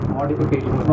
modification